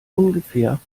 ungefähr